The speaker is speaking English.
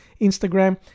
Instagram